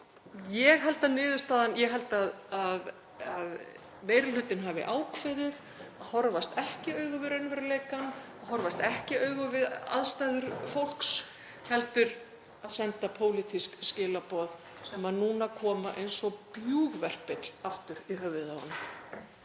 alla daga. Ég held að meiri hlutinn hafi ákveðið að horfast ekki í augu við raunveruleikann, horfast ekki í augu við aðstæður fólks heldur að senda pólitísk skilaboð sem núna koma, eins og bjúgverpill, aftur í höfuðið á honum.